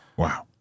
Wow